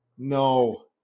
no